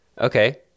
okay